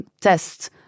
tests